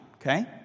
Okay